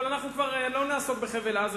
אבל אנחנו כבר לא נעסוק בחבל-עזה,